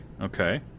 okay